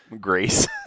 grace